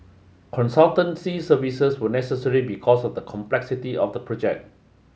consultancy services were necessary because of the complexity of the project